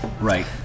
Right